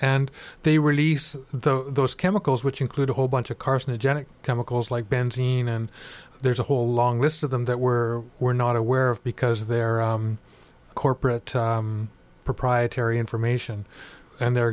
and they release the those chemicals which include a whole bunch of carcinogenic chemicals like benzene and there's a whole long list of them that we're we're not aware of because they're corporate proprietary information and they're